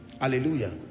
Hallelujah